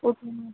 okay ma'am